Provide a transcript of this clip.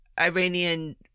Iranian